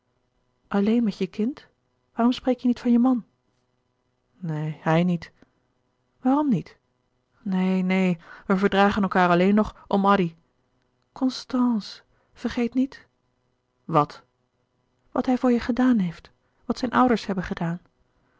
alleen met je kind waarom spreek je niet van je man neen hij niet waarom niet neen neen wij verdragen elkaâr alleen nog om addy constance vergeet niet wat wat hij voor je gedaan heeft wat zijn ouders hebben gedaan